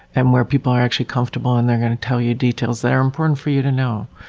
and where people are actually comfortable and they're going to tell you details that are important for you to know.